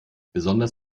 besonders